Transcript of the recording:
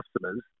customers